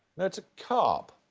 no, it's a carp.